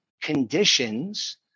conditions